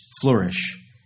flourish